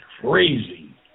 crazy